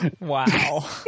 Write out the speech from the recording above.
Wow